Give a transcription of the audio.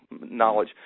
knowledge